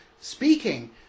speaking